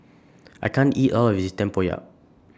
I can't eat All of This Tempoyak